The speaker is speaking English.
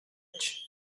edge